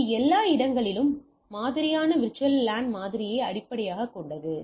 இது எல்லா இடங்களிலும் மாதிரியான VLAN மாதிரியை அடிப்படையாகக் கொண்டது